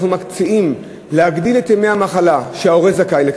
אנחנו מציעים להגדיל את מספר ימי המחלה שההורה זכאי להם,